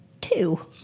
Two